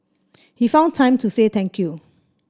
he found time to say thank you